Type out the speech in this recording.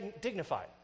dignified